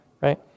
Right